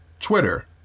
Twitter